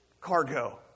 cargo